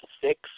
six